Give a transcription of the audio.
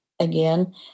again